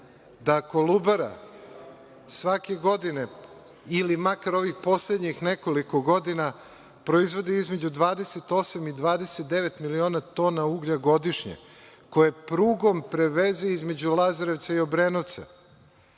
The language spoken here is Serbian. da „Kolubara“ svake godine ili makar ovih poslednjih nekoliko godina, proizvodi između 28 i 29 miliona tona uglja godišnje, koje prugom preveze između Lazarevca i Obrenovca. To